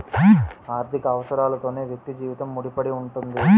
ఆర్థిక అవసరాలతోనే వ్యక్తి జీవితం ముడిపడి ఉంటుంది